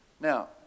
Now